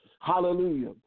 Hallelujah